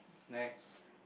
next